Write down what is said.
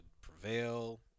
prevail